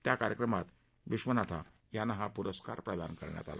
त्या कार्यक्रमात विश्वनाथा यांना हा पूरस्कार प्रदान करण्यात आला